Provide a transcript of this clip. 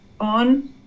on